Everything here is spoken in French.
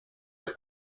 des